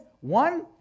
one